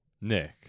Nick